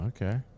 Okay